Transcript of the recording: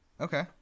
Okay